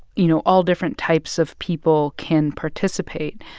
you know, all different types of people can participate.